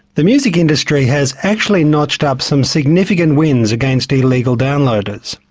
the music industry has actually notched up some significant wins against illegal downloaders.